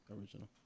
original